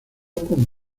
con